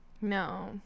no